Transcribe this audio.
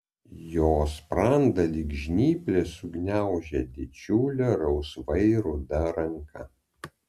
jo sprandą lyg žnyplės sugniaužė didžiulė rausvai ruda ranka